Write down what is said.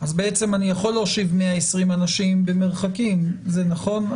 אז בעצם אני יכול להושיב 120 אנשים במרחקים זה נכון?